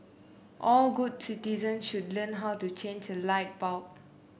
all good citizens should learn how to change a light bulb